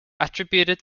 attributed